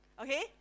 Okay